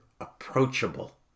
approachable